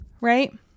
right